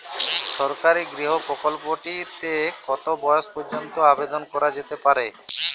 সরকারি গৃহ প্রকল্পটি তে কত বয়স পর্যন্ত আবেদন করা যেতে পারে?